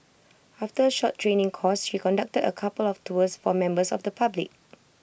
after short training course she conducted A couple of tours for members of the public